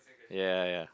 yea yea yea